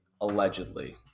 allegedly